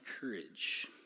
courage